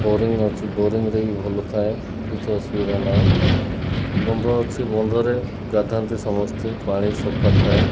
boring ଅଛି ବୋରିଙ୍ଗରେ ବି ଭଲ ଥାଏ କିଛି ଅସୁବିଧା ନାହିଁ ବନ୍ଧ ଅଛି ବନ୍ଧରେ ଗାଧାନ୍ତି ସମସ୍ତେ ପାଣି ସଫା ଥାଏ